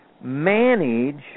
Manage